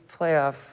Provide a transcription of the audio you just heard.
playoff